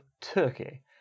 Turkey